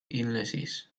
illnesses